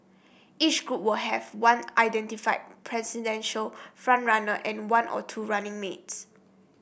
each group would have one identified presidential front runner and one or two running mates